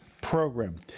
program